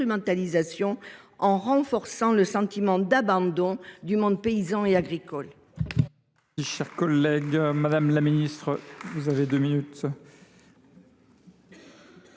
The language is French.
en renforçant le sentiment d’abandon du monde paysan et agricole.